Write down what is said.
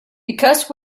because